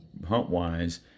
HuntWise